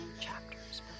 chapters